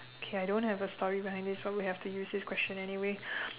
okay I don't have a story behind this but we have to use this question anyway